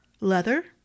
Leather